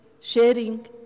sharing